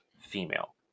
female